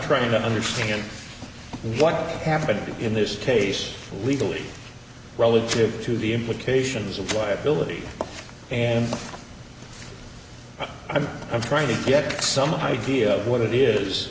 trying to understand what happened in this case legally relative to the implications of liability and i'm trying to get some idea of what it is